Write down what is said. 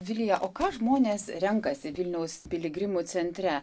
vilija o ką žmonės renkasi vilniaus piligrimų centre